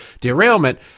derailment